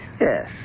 Yes